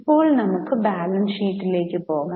ഇപ്പോൾ നമുക്ക് ബാലൻസ് ഷീറ്റിലേക്ക് പോകാം